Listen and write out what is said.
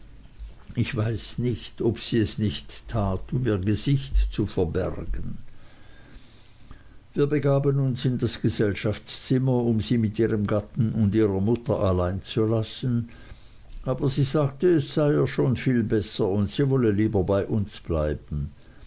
ich weiß nicht ob sie es nicht tat um ihr gesicht zu verbergen wir begaben uns in das gesellschaftszimmer um sie mit ihrem gatten und ihrer mutter allein zu lassen aber sie sagte es sei ihr schon viel besser und sie wolle lieber bei uns bleiben